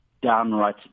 downright